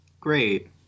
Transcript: great